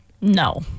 No